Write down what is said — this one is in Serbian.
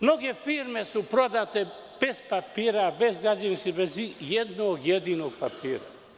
Mnoge firme su prodate bez papira, bez građevinske dozvole, bez i jednog jedinog papira.